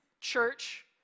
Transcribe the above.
church